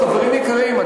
חברים יקרים,